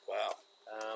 Wow